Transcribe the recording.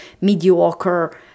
mediocre